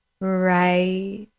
Right